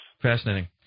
Fascinating